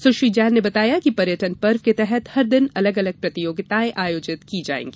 सुश्री जैन ने बताया है कि पर्यटन पर्व के तहत हर दिन अलग अलग प्रतियोगिताएं आयोजित की जायेंगी